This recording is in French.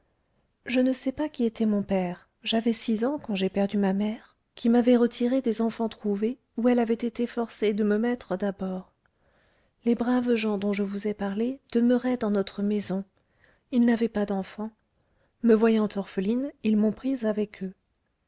je ne sais pas qui était mon père j'avais six ans quand j'ai perdu ma mère qui m'avait retirée des enfants-trouvés où elle avait été forcée de me mettre d'abord les braves gens dont je vous ai parlé demeuraient dans notre maison ils n'avaient pas d'enfants me voyant orpheline ils m'ont prise avec eux